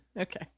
Okay